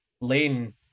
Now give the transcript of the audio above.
Lane